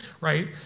right